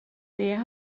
det